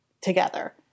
together